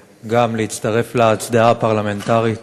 גם, להצטרף להצדעה הפרלמנטרית